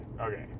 okay